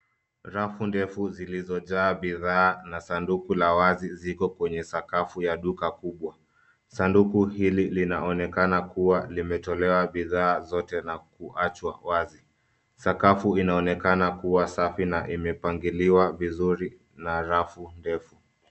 Rafu ndefu zilizojaa bidhaa na sanduku la wazi ziko kwenye sakafu ya duka kubwa. Sanduku hili linaonekana kuwa limetolewa bidhaa zote na kuachwa wazi. Sakafu inaonekana kuwa safi na imepangiliwa vizuri, na rafu ndefu.